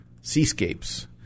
seascapes